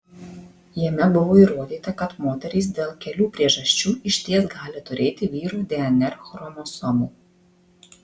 jame buvo įrodyta kad moterys dėl kelių priežasčių išties gali turėti vyrų dnr chromosomų